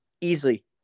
Easily